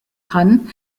kann